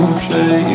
play